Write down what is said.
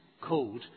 called